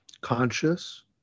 conscious